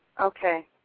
Okay